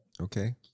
Okay